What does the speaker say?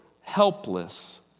helpless